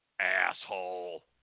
Asshole